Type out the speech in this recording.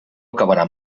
acabarà